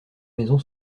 maison